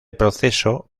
proceso